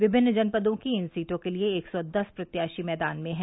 विभिन्न जनपदों की इन सीटों के लिए एक सौ दस प्रत्याशी मैदान में हैं